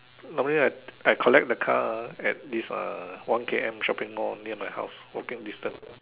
normally I I collect the car ah at this uh one K_M shopping Mall near my house walking distance